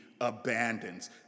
abandons